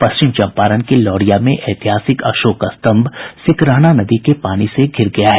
पश्चिम चंपारण के लौरिया में ऐतिहासिक अशोक स्तंभ सिकरहना नदी के पानी से धिर गया है